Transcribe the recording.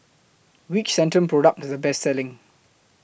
Which Centrum Product IS The Best Selling